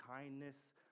kindness